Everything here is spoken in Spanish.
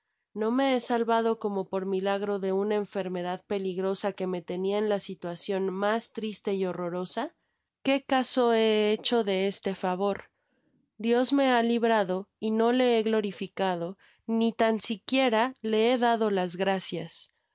no me he salvado como por milagro de una enfermedad peligrosa que me tenia en la situación mas triste y horrorosa qué caso he hecho de este favor dios me ha librado y no le he glorificado ai tan siquiera le h dada las gracias